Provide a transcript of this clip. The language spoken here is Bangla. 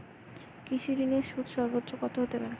কৃষিঋণের সুদ সর্বোচ্চ কত হতে পারে?